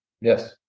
yes